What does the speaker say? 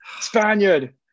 Spaniard